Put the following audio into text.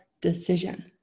decision